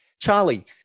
Charlie